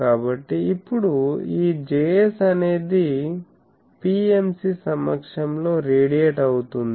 కాబట్టి ఇప్పుడు ఈ Js అనేది PMC సమక్షంలో రేడియేట్ అవుతుంది